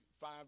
five